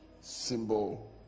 symbol